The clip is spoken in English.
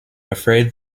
afraid